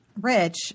Rich